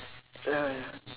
ya